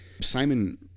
Simon